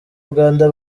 uganda